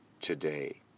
today